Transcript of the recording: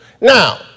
now